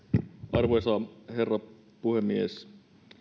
arvoisa herra puhemies